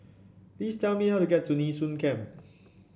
please tell me how to get to Nee Soon Camp